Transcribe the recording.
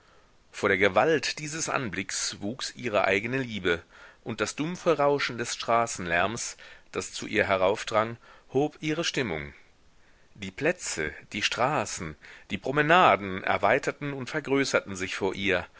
vor der gewalt dieses anblicks wuchs ihre eigene liebe und das dumpfe rauschen des straßenlärms das zu ihr heraufdrang hob ihre stimmung die plätze die straßen die promenaden erweiterten und vergrößerten sich vor ihr